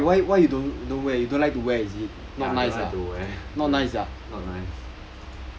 err ya I don't like to wear not nice